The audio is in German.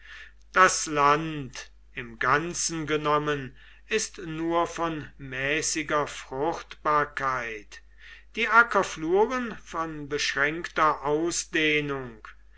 das land im ganzen genommen ist nur von mäßiger fruchtbarkeit die ackerfluren von beschränkter ausdehnung